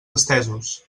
estesos